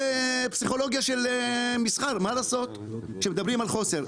זה פסיכולוגיה של מסחר כשמדברים על חוסר.